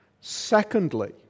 Secondly